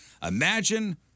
Imagine